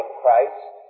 Christ